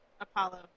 Apollo